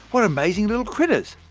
what amazing little critters.